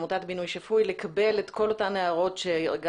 מעמותת בינוי שפוי לקבל את כל אותן הערות שגם